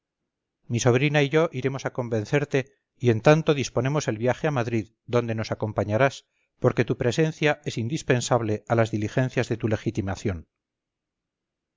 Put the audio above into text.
mi sobrina y yo iremos a convencerte y en tanto disponemos el viaje a madrid adonde nos acompañarás porque tu presencia es indispensable a las diligencias de tu legitimación